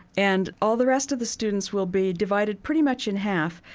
and all the rest of the students will be divided pretty much in half.